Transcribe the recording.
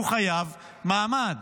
הוא חייב מעמד.